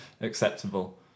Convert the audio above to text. acceptable